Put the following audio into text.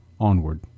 onward